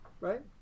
Right